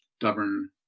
stubborn